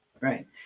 right